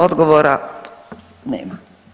Odgovora nema.